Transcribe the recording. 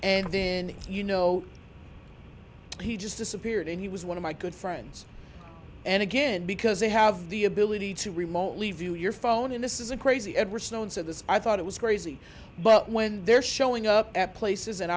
then you know he just disappeared and he was one of my good friends and again because they have the ability to remotely view your phone in this is a crazy edward snowden so this i thought it was crazy but when they're showing up at places and